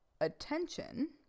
attention